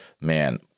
man